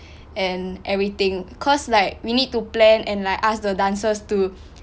and everything cause like we need to plan and like ask the dancers to